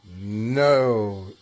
No